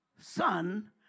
son